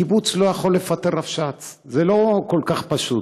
קיבוץ לא יכול לפטר רבש"ץ, זה לא כל כך פשוט.